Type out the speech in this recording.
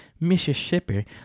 Mississippi